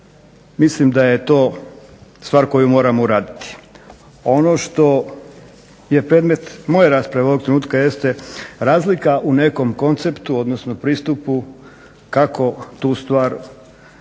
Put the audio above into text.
mislim da je to stvar koju moramo uraditi. Ono što je predmet moje rasprave ovog trenutka jeste razlika u nekom konceptu odnosno pristupu kako tu stvar ovim